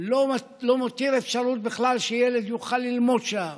לא מותיר אפשרות בכלל שילד יוכל ללמוד שם,